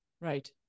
right